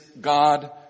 God